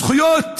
זכויות